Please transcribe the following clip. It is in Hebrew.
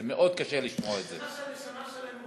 זה מאוד קשה לשמוע את זה.